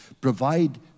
provide